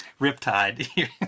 Riptide